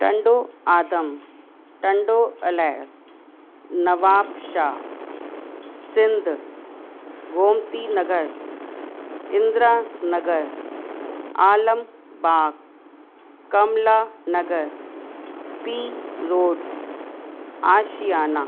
टंडो आदम टंडो अलए Nawab Shah Sindh Gomtinagar Indiranagar Alambagh Kamlanagar P road आशियाना